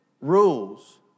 rules